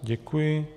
Děkuji.